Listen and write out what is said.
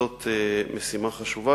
וזאת משימה חשובה.